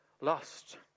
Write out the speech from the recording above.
lost